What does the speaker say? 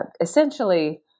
essentially